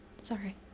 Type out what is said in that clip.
Sorry